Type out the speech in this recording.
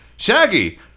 shaggy